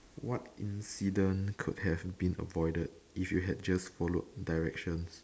what incident could have been avoided if you had just followed directions